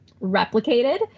replicated